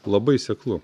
labai seklu